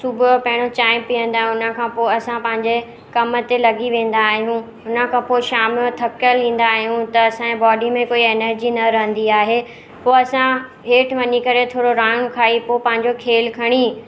सुबुह पहिरियों चांहि पीअंदा आहियूं उनखां पोइ असां पंहिंजे कमु ते लॻी वेंदा आहियूं उनखां पोइ शाम जो थकियल ईंदा आहियूं त असांजे बॉडी में कोई एनर्जी न रहंदी आहे पोइ असां हेठि वञी करे थोरो रांग खाई पोइ पंहिंजो खेल खणी